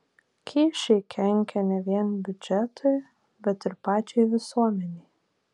kyšiai kenkia ne vien biudžetui bet ir pačiai visuomenei